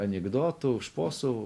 anekdotų šposų